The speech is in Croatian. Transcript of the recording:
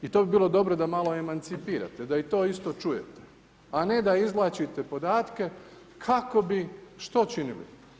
I to bi bilo dobro da malo emancipirate, da i to isto čujete, a ne da izvlačite podatke kako bi što činili?